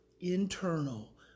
internal